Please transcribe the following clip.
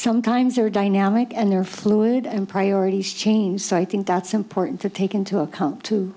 sometimes or dynamic and there fluid and priorities change so i think that's important to take into account to